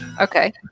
Okay